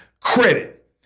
credit